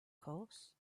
course